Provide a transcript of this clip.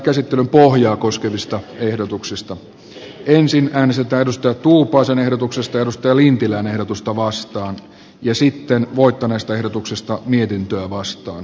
käsittelyn pohjaa koskevista ehdotuksista äänestetään siten että ensin äänestetään kauko tuupaisen ehdotuksesta mika lintilän ehdotusta vastaan ja sitten voittaneesta valiokunnan ehdotusta vastaan